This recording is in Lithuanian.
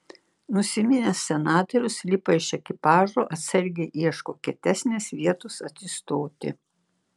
nusiminęs senatorius lipa iš ekipažo atsargiai ieško kietesnės vietos atsistoti